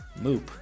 moop